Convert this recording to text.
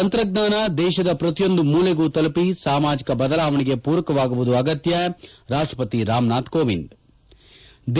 ತಂತ್ರಜ್ಞಾನ ದೇಶದ ಪ್ರತಿಯೊಂದು ಮೂಲೆಗೂ ತಲುಪಿ ಸಾಮಾಜಿಕ ಬದಲಾವಣೆಗೆ ಪೂರಕವಾಗುವುದು ಆಗತ್ತ ರಾಷ್ಟಪತಿ ರಾಮನಾಥ್ ಕೋವಿಂದ್ ು